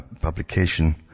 publication